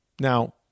Now